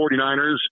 49ers